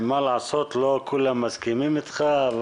מה לעשות, לא כולם מסכימים איתך.